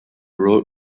road